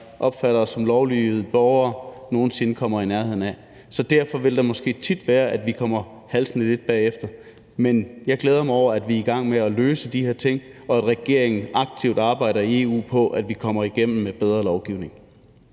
opfatter os som lovlydige borgere, nogen sinde kommer i nærheden af. Så derfor vil det måske tit være sådan, at vi kommer halsende lidt bagefter. Men jeg glæder mig over, at vi er i gang med at løse de her ting, og at regeringen arbejder aktivt på i EU, at vi kommer igennem med en bedre lovgivning.